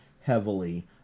heavily